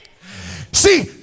See